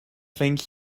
things